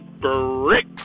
brick